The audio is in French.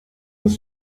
des